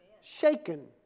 Shaken